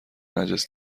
نجس